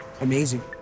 amazing